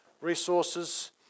resources